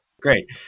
Great